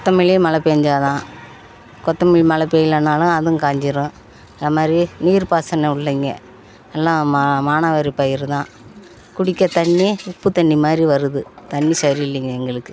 கொத்தமல்லி மழை பெஞ்சா தான் கொத்தமல்லி மழை பெய்யலானாலும் அதுவும் காஞ்சிடும் அது மாதிரி நீர்ப்பாசன உள்ள இங்கே எல்லாம் மா மானாவாரி பயிறு தான் குடிக்க தண்ணி உப்பு தண்ணி மாதிரி வருது தண்ணி சரி இல்லைங்க எங்களுக்கு